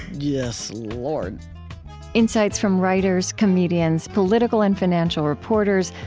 yes. lord insights from writers, comedians, political and financial reporters,